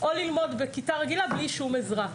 או ללמוד בכיתה רגילה בלי שום עזרה.